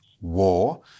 war